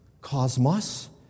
cosmos